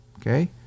Okay